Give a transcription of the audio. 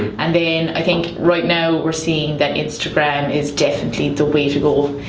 and then i think right now we're seeing that instagram is definitely the way to go.